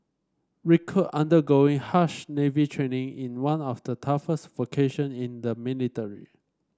recruit undergoing harsh Navy training in one of the toughest vocation in the military